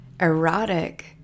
erotic